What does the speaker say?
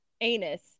anus